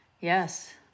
Yes